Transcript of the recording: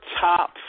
top